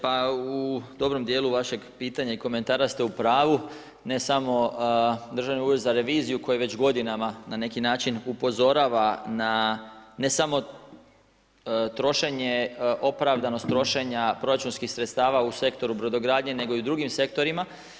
Pa u dobrom dijelu vašeg pitanja i komentara ste u pravu, ne samo Državni ured za reviziju koji već godinama, na neki način upozorava na ne samo trošenje, opravdanost trošenja proračunskih sredstava u sektoru brodogradnje, nego i u drugim sektorima.